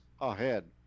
ahead